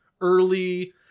early